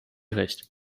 recht